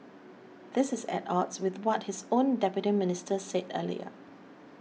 this is at odds with what his own Deputy Minister said earlier